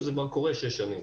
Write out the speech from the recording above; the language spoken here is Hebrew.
וזה כבר קורה שש שנים.